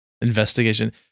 investigation